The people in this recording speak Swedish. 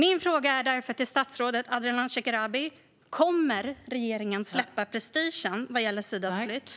Min fråga är därför till statsrådet Ardalan Shekarabi: Kommer regeringen att släppa prestigen vad gäller Sidas flytt?